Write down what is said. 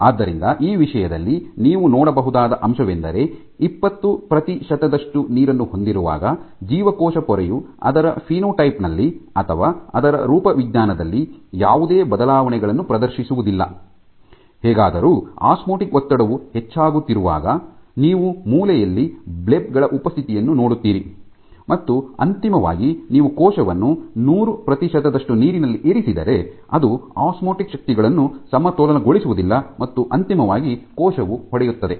ಆದ್ದರಿಂದ ಈ ವಿಷಯದಲ್ಲಿ ನೀವು ನೋಡಬಹುದಾದ ಅಂಶವೆಂದರೆ ಇಪ್ಪತ್ತು ಪ್ರತಿಶತದಷ್ಟು ನೀರನ್ನು ಹೊಂದಿರುವಾಗ ಜೀವಕೋಶ ಪೊರೆಯು ಅದರ ಫಿನೋಟೈಪ್ ನಲ್ಲಿ ಅಥವಾ ಅದರ ರೂಪವಿಜ್ಞಾನದಲ್ಲಿ ಯಾವುದೇ ಬದಲಾವಣೆಗಳನ್ನು ಪ್ರದರ್ಶಿಸುವುದಿಲ್ಲ ಹೇಗಾದರೂ ಆಸ್ಮೋಟಿಕ್ ಒತ್ತಡವು ಹೆಚ್ಚಾಗುತ್ತಿರುವಾಗ ನೀವು ಮೂಲೆಯಲ್ಲಿ ಬ್ಲೀಬ್ ಗಳ ಉಪಸ್ಥಿತಿಯನ್ನು ನೋಡುತ್ತೀರಿ ಮತ್ತು ಅಂತಿಮವಾಗಿ ನೀವು ಕೋಶವನ್ನು 100 ಪ್ರತಿಶತದಷ್ಟು ನೀರಿನಲ್ಲಿ ಇರಿಸಿದರೆ ಅದು ಆಸ್ಮೋಟಿಕ್ ಶಕ್ತಿಗಳನ್ನು ಸಮತೋಲನಗೊಳಿಸುವುದಿಲ್ಲ ಮತ್ತು ಅಂತಿಮವಾಗಿ ಕೋಶವು ಒಡೆಯುತ್ತದೆ